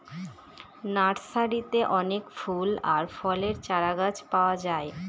নার্সারিতে অনেক ফুল আর ফলের চারাগাছ পাওয়া যায়